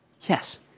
yes